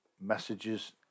messages